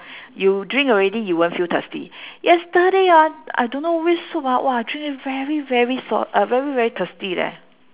you drink already you won't feel thirsty yesterday ah I don't know which soup ah !wah! drink very very salt uh very very thirsty leh